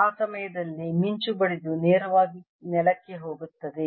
ಆ ಸಮಯದಲ್ಲಿ ಮಿಂಚು ಬಡಿದು ನೇರವಾಗಿ ನೆಲಕ್ಕೆ ಹೋಗುತ್ತದೆ